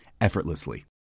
effortlessly